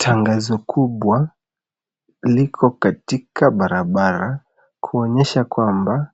Tangazo kubwa liko katika barabara kuonyesha kwamba